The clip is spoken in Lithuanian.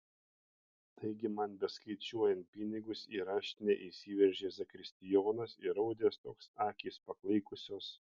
taigi man beskaičiuojant pinigus į raštinę įsiveržė zakristijonas įraudęs toks akys paklaikusios